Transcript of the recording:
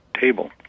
table